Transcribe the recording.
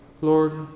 Lord